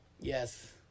Yes